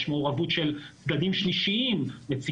יש מעורבות של צדדים שלישיים,